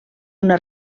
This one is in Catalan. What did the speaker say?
una